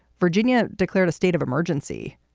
virginia declared a state of emergency.